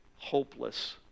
hopeless